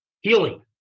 healing